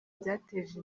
byateje